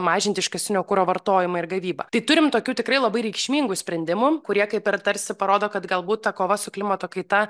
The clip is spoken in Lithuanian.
mažinti iškastinio kuro vartojimą ir gavybą tai turim tokių tikrai labai reikšmingų sprendimų kurie kaip ir tarsi parodo kad galbūt ta kova su klimato kaita